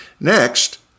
Next